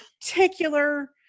particular